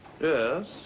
Yes